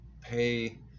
pay